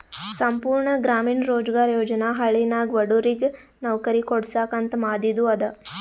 ಸಂಪೂರ್ಣ ಗ್ರಾಮೀಣ ರೋಜ್ಗಾರ್ ಯೋಜನಾ ಹಳ್ಳಿನಾಗ ಬಡುರಿಗ್ ನವ್ಕರಿ ಕೊಡ್ಸಾಕ್ ಅಂತ ಮಾದಿದು ಅದ